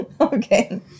Okay